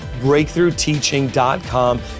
BreakthroughTeaching.com